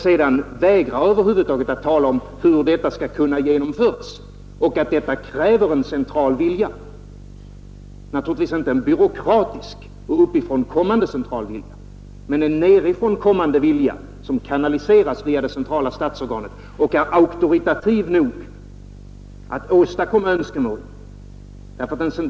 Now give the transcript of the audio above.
Sedan vägrar man ju helt att ange hur detta skall genomföras och att medge att för detta krävs en central vilja — naturligtvis inte en byråkratisk och uppifrån kommande central vilja men en nedifrån kommande vilja, som kanaliseras via det centrala statsorganet och är auktoritativ nog att åstadkomma önskemål.